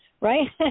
right